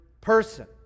person